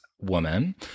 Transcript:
woman